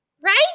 Right